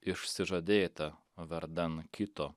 išsižadėta vardan kito